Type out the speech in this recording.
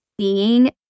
seeing